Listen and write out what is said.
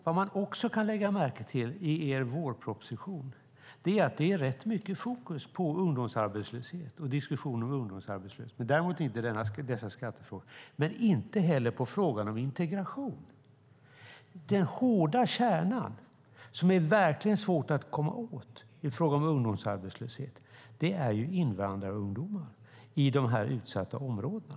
Vad man också kan lägga märke till i ert förslag till vårproposition är att det är rätt mycket fokus på ungdomsarbetslöshet och diskussioner om ungdomsarbetslöshet. Däremot tar man inte upp dessa skattefrågor och inte heller frågan om integration. Den hårda kärnan som verkligen är svår att komma åt i fråga om ungdomsarbetslöshet är invandrarungdomarna i de utsatta områdena.